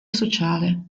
sociale